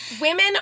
Women